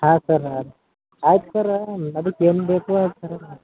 ಹಾಂ ಸರ್ ಅದು ಆಯ್ತು ಸರ್ ಅದಕ್ಕೆ ಏನು ಬೇಕು